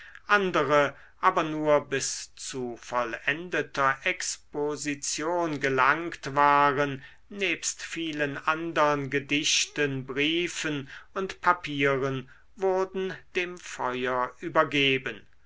andere aber nur bis zu vollendeter exposition gelangt waren nebst vielen andern gedichten briefen und papieren wurden dem feuer übergeben